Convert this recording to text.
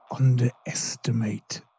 underestimate